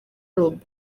robot